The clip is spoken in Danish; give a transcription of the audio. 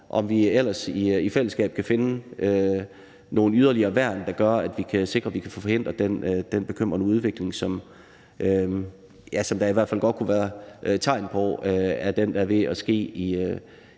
om vi ellers i fællesskab kan finde nogle yderligere værn, der gør, at vi kan sikre, at vi kan få forhindret den bekymrende udvikling, som der i hvert fald godt kunne være et tegn på er ved at ske i